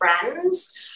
friends